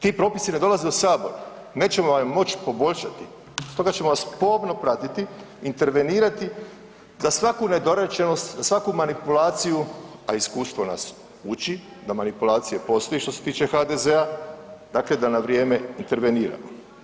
Ti propisi ne dolaze u sabor, nećemo ih moć poboljšati, stoga ćemo vas pomno pratiti, intervenirati da svaku nedorečenost, da svaku manipulaciju, a iskustvo nas uči da manipulacije postoje što se tiče HDZ-a, dakle da na vrijeme interveniramo.